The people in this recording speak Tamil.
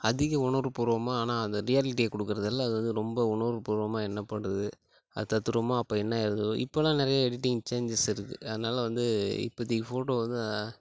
அதிக உணர்வுப்பூர்வமா ஆனால் அந்த ரியாலிட்டியை கொடுக்குறதுல அது வந்து ரொம்ப உணர்வுப்பூர்வமா என்ன பண்ணுறது அது தத்துரூவமா அப்போ என்ன இருக்குதோ இப்பெல்லாம் நிறைய எடிட்டிங் சேஞ்சஸ் இருக்குது அதனால் வந்து இப்போதிக்கு ஃபோட்டோ வந்து